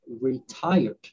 retired